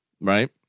right